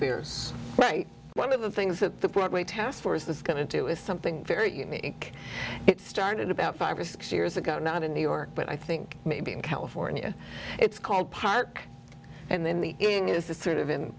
pierce one of the things that the broadway task force is going to do is something very unique it started about five or six years ago not in new york but i think maybe in california it's called park and then the evening is the sort of in